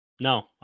No